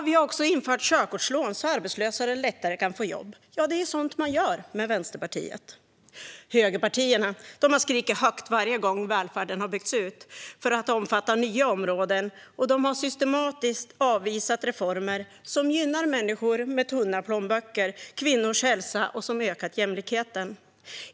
Vi har också infört körkortslån så att arbetslösa lättare kan få jobb. Ja, det är sådant man gör med Vänsterpartiet. Högerpartierna har skrikit högt varje gång välfärden har byggts ut för att omfatta nya områden, och de har systematiskt avvisat reformer som gynnar människor med tunna plånböcker och kvinnors hälsa och som ökat jämlikheten.